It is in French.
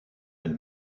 elle